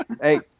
Hey